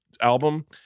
album